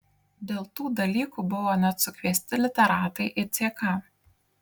dėl tų dalykų buvo net sukviesti literatai į ck